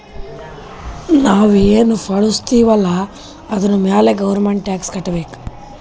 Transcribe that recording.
ನಾವ್ ಎನ್ ಘಳುಸ್ತಿವ್ ಅಲ್ಲ ಅದುರ್ ಮ್ಯಾಲ ಗೌರ್ಮೆಂಟ್ಗ ಟ್ಯಾಕ್ಸ್ ಕಟ್ಟಬೇಕ್